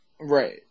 Right